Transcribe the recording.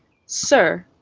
sir,